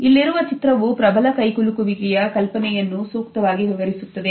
ಇಲ್ಲಿರುವ ಚಿತ್ರವು ಪ್ರಬಲ ಕೈಕುಲುಕು ವಿಕೆಯ ಕಲ್ಪನೆಯನ್ನು ಸೂಕ್ತವಾಗಿ ವಿವರಿಸುತ್ತದೆ